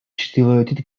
ჩრდილოეთით